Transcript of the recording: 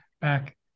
back